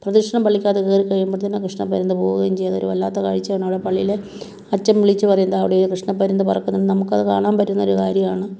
പ്രദിക്ഷണം പള്ളിക്കകത്ത് കയറി കഴിയുമ്പഴ്ത്തേന് കൃഷ്ണപ്പരുന്ത് പോവുകയും ചെയ്യുന്നു ഒരു വല്ലാത്ത കാഴ്ചയാണ് അവിടെ പള്ളിയിൽ അച്ഛൻ വിളിച്ച് പറയും അതാ അവിടെ ഒരു കൃഷ്ണപ്പരുന്ത് പറക്കുന്നു നമുക്ക് അത് കാണാൻ പറ്റുന്ന ഒരു കാര്യമാണ്